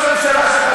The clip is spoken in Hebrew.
אתה וראש הממשלה שלך,